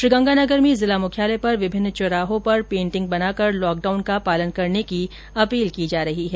श्रीगंगानगर में जिला मुख्यालय पर विभिन्न चौराहों पर पेटिंग बनाकर लॉकडाउन का पालन करने की अपील की जा रही है